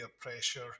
pressure